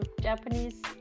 Japanese